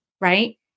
right